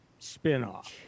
spinoff